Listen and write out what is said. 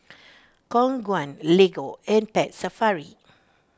Khong Guan Lego and Pet Safari